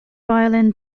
violin